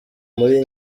muri